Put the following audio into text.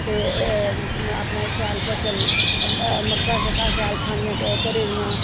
ते अपने शैल फसल मक्कां शक्कां शैल खानियां घरें दियां